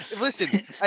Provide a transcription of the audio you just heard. listen